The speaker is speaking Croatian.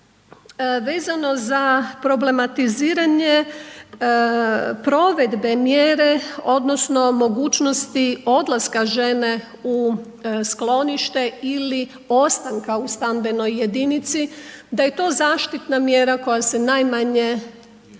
vezano za problematiziranje provedbe mjere odnosno mogućnosti odlaska žene u sklonište ili ostanka u stambenoj jedinici, da je to zaštitna mjera koja se najmanje izriče